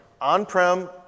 on-prem